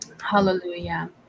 Hallelujah